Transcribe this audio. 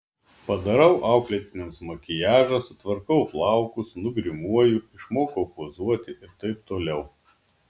padarau auklėtiniams makiažą sutvarkau plaukus nugrimuoju išmokau pozuoti ir taip toliau